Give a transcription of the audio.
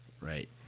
Right